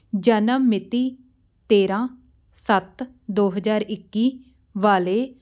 ਜਨਮ ਮਿਤੀ ਤੇਰ੍ਹਾਂ ਸੱਤ ਦੋ ਹਜ਼ਾਰ ਇੱਕੀ ਵਾਲੇ